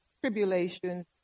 tribulations